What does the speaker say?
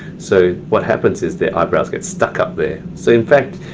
so what happens is their eyebrows get stuck up there. so in fact,